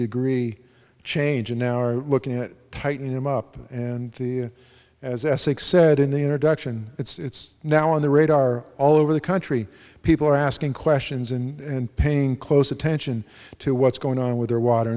degree change in our looking at tighten them up and the as essex said in the introduction it's now on the radar all over the country people are asking questions and paying close attention to what's going on with their water